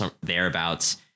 thereabouts